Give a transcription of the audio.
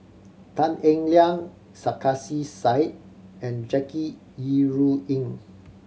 Tan Eng Liang Sarkasi Said and Jackie Yi Ru Ying